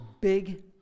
big